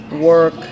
work